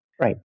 Right